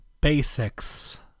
basics